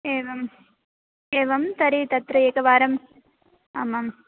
एवम् एवं तर्हि तत्र एकवारम् आमाम्